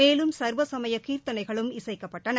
மேலும் சர்வசமய கீர்த்தனைகளும் இசைக்கப்பட்டன